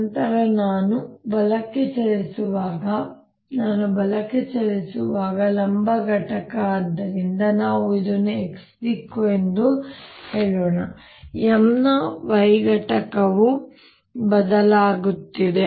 ನಂತರ ನಾನು ಬಲಕ್ಕೆ ಚಲಿಸುವಾಗ ನಾನು ಬಲಕ್ಕೆ ಚಲಿಸುವಾಗ ಲಂಬ ಘಟಕ ಆದ್ದರಿಂದ ನಾವು ಇದನ್ನು X ದಿಕ್ಕು ಎಂದು ಹೇಳೋಣ M ನ Y ಘಟಕವು ಬದಲಾಗುತ್ತಿದೆ